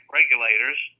regulators